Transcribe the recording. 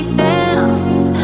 dance